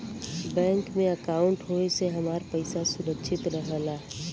bank में अंकाउट होये से हमार पइसा सुरक्षित रहला